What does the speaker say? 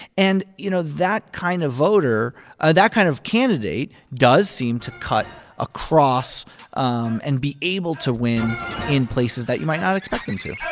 and, you know, that kind of voter ah that kind of candidate does seem to cut across um and be able to win in places that you might not expect them to